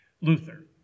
Luther